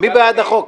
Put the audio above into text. מי בעד החוק?